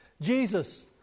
Jesus